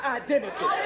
identity